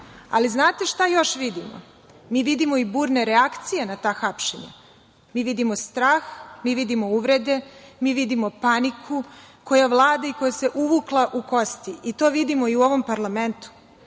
Ali, znate šta još vidimo? Mi vidimo i burne reakcije na ta hapšenja, mi vidimo strah, mi vidimo uvrede, mi vidimo paniku koja vlada i koja se uvukla u kosti. I to vidimo i u ovom parlamentu. Mi